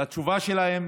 לתשובה שלהם,